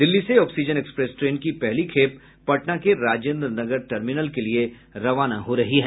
दिल्ली से oxygen express train की पहली खेप पटना के राजेन्द्र नगर टर्मिनल के लिए रवाना हो रही है